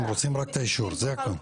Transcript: הם רוצים רק את האישור, זה הכל.